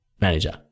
manager